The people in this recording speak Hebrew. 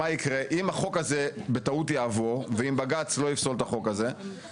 מה יקרה אם החוק הזה בטעות יעבור ואם בג"צ לא יפסול את החוק הזה,